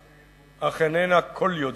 אך איננה כול-יודעת.